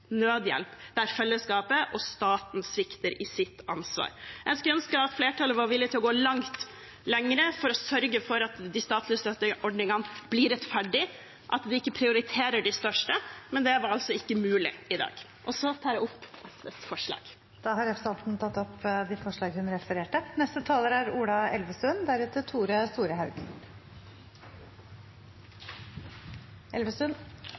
nødhjelp der fellesskapet og staten svikter i sitt ansvar. Jeg skulle ønske at flertallet var villig til å gå mye lenger for å sørge for at de statlige støtteordningene blir rettferdige, at vi ikke prioriterer de største, men det var altså ikke mulig i dag. Jeg tar opp SVs forslag. Representanten Kari Elisabeth Kaski har tatt opp de forslagene hun refererte